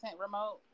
remote